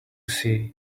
see